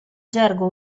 gergo